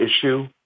issue